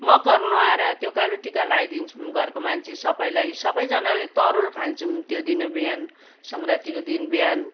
मकर नुहाएर त्यो कालो टिका लगाइदिन्छौँ घरको मान्छे सबैलाई सबैजनाले तरुल खान्छौँ त्यो दिन बिहान सङ्क्रान्तिको दिन बिहान